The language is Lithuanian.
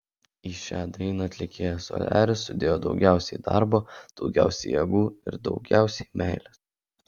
į šią dainą atlikėjas soliaris sudėjo daugiausiai darbo daugiausiai jėgų ir daugiausiai meilės